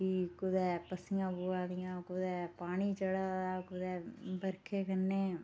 कि कुतै पस्सियां पवा दियां कुतै पानी चढ़ा दा कुतै बर्खें कन्नै